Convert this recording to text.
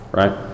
right